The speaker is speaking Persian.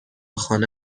خانه